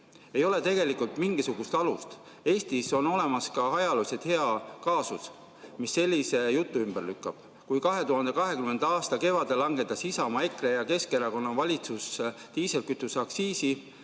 ei ole tegelikult mingisugust alust. Eestis on ka ajalooliselt olemas hea kaasus, mis sellise jutu ümber lükkab. Kui 2020. aasta kevadel langetas Isamaa, EKRE ja Keskerakonna valitsus diislikütuse aktsiisi,